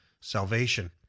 salvation